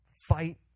fight